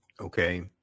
Okay